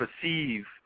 perceive